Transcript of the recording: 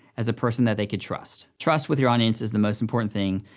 as a person that they could trust. trust with your audience is the most important thing,